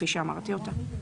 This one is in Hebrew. כפי שאמרתי אותה.